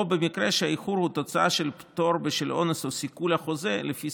במקרה שהאיחור הוא תוצאה של פטור בשל אונס או סיכול החוזה לפי